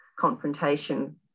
confrontation